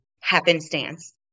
happenstance